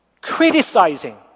criticizing